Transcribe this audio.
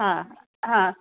हां हां